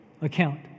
account